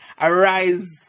Arise